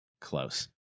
close